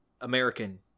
American